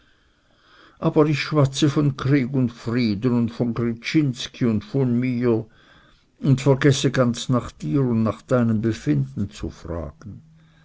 aber ich schwatze von krieg und frieden und von gryczinski und von mir und vergesse ganz nach dir und nach deinem befinden zu fragen